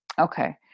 Okay